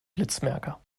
blitzmerker